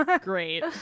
great